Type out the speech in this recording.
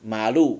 马路